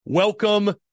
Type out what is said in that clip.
Welcome